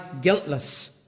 guiltless